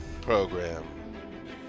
program